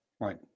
Right